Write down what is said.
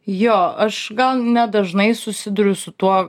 jo aš gal ne dažnai susiduriu su tuo